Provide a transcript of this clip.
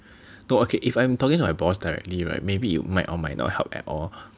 no okay if I'm talking to my boss directly right maybe it might or might not help at all